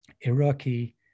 Iraqi